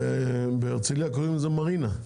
בהרצליה קוראים לזה מרינה,